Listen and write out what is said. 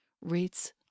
rates